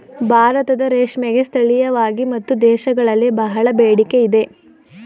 ಭಾರತದ ರೇಷ್ಮೆಗೆ ಸ್ಥಳೀಯವಾಗಿ ಮತ್ತು ದೇಶಗಳಲ್ಲಿ ಬಹಳ ಬೇಡಿಕೆ ಇದೆ